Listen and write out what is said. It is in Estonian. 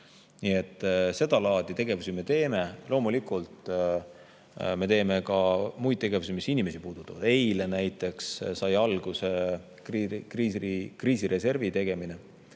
Nii et seda laadi tegevusi me teeme. Loomulikult me teeme ka muid tegevusi, mis inimesi puudutavad. Eile näiteks sai alguse kriisireservi tegemine.